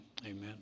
amen